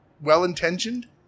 well-intentioned